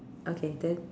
okay then